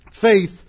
Faith